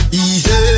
Easy